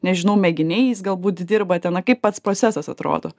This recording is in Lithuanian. nežinau mėginiais galbūt dirbate na kaip pats procesas atrodo